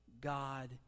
God